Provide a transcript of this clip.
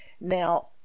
Now